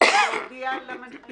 "להודיע למנפיק